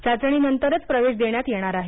चाचणीनंतरच प्रवेश देण्यात येणार आहे